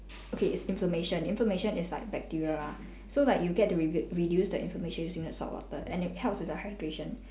okay it's inflammation inflammation is like bacterial ah so like you'll get to redu~ reduce the inflammation using the saltwater and it helps with the hydration